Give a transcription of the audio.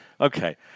Okay